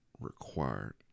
required